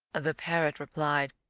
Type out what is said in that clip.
the parrot replied,